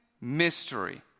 mystery